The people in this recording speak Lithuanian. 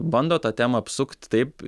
bando tą temą apsukt taip